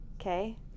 Okay